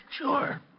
Sure